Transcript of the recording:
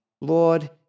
Lord